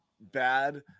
bad